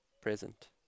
present